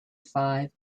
five